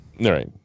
Right